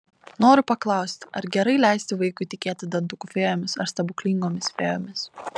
noriu paklausti ar gerai leisti vaikui tikėti dantukų fėjomis ar stebuklingomis fėjomis